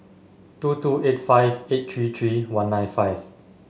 two two eight five eight three three one nine five